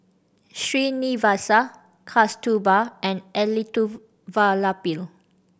Srinivasa Kasturba and Elattuvalapil